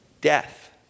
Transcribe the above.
Death